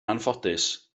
anffodus